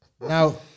Now